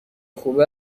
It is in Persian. خوب